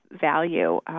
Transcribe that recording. value –